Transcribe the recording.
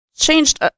Changed